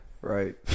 Right